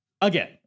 again